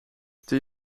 stuur